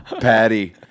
Patty